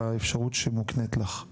באפשרות שמוקנית לך.